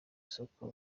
soko